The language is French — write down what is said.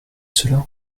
cela